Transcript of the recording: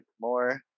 more